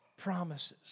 promises